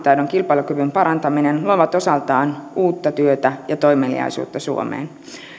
ammattitaidon kilpailukyvyn parantaminen luovat osaltaan uutta työtä ja toimeliaisuutta suomeen